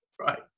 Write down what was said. Right